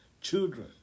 children